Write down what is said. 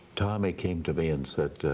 tommy came to me and said,